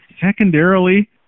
secondarily